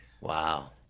Wow